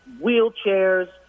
wheelchairs